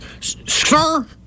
sir